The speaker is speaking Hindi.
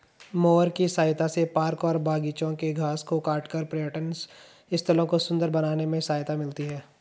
मोअर की सहायता से पार्क और बागिचों के घास को काटकर पर्यटन स्थलों को सुन्दर बनाने में सहायता मिलती है